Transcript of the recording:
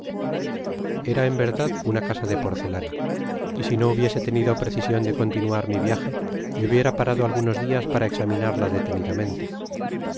era en verdad una casa de porcelana y si no hubiese tenido precision de continuar mi viaje me hubiera parado algunos dias para examinarla detenidamente